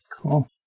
Cool